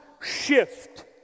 shift